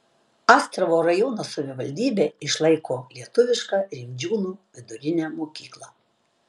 astravo rajono savivaldybė išlaiko lietuvišką rimdžiūnų vidurinę mokyklą